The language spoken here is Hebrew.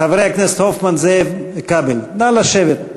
נא לשבת.